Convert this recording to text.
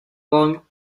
long